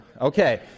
Okay